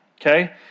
okay